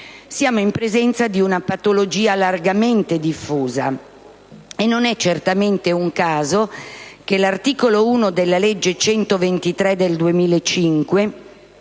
Siamo in presenza di una patologia largamente diffusa e non è certamente un caso che l'articolo 1 della legge n. 123 del 2005